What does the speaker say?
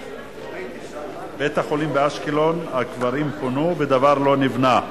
5757, 5763 ו-5764.